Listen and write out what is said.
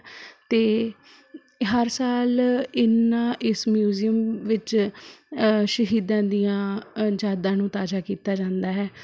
ਅਤੇ ਹਰ ਸਾਲ ਇਨ੍ਹਾਂ ਇਸ ਮਿਊਜ਼ੀਅਮ ਵਿੱਚ ਸ਼ਹੀਦਾਂ ਦੀਆਂ ਯਾਦਾਂ ਨੂੰ ਤਾਜ਼ਾ ਕੀਤਾ ਜਾਂਦਾ ਹੈ